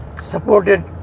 supported